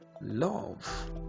love